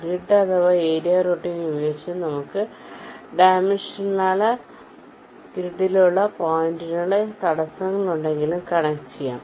grid അഥവാ area routing ഉപയോഗിച്ചു നമ്മക് ഡിമെൻഷനാൽ ഗ്രിഡിലുള്ള പോയിന്റുകളെ തടസങ്ങളുണ്ടെങ്കിലും കണക്ട് ചെയ്യാം